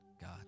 God